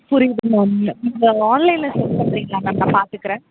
புரியுது மேம் நீங்கள் ஆன்லைனில் சென்ட் பண்ணுறீங்களா மேம் நான் பார்த்துக்குறேன்